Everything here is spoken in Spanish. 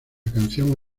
canción